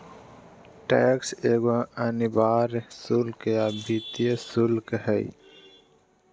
tax एगो अनिवार्य शुल्क या वित्तीय शुल्क हइ